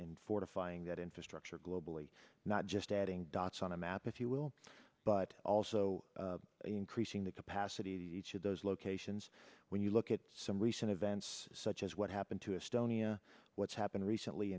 in fortifying that infrastructure globally not just adding dots on a map if you will but also increasing the capacity to each of those locations when you look at some recent events such as what happened to estonia what's happened recently